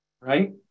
right